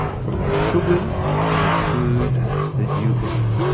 from the sugars in the food that you eat.